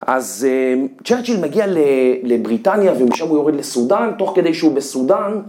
אז צ'רצ'יל מגיע לבריטניה ומשם הוא יורד לסודאן, תוך כדי שהוא בסודאן.